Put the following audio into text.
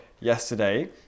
Yesterday